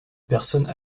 personnes